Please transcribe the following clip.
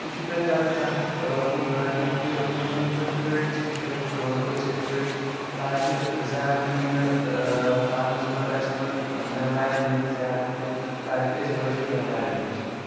سُہ چھُ مےٚ کَران تَتھ کُن راغِب کہِ تِم یِتھ پٲٹھۍ فِٹ چھِ تِتھَے پٲٹھۍ روزَو أسۍ تہِ فِٹ تاکہِ زیادٕ یی نہٕ پانَس منٛز اَسہِ منٛز بٮ۪مارِ یِن نہٕ زیادٕ کیٚنٛہہ تاکہِ أسۍ بَچو بٮ۪ماریو نِش تہِ